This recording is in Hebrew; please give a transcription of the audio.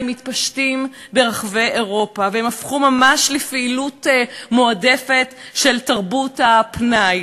מתפשטים ברחבי אירופה והפכו ממש לפעילות מועדפת של תרבות הפנאי.